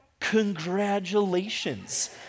Congratulations